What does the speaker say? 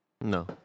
No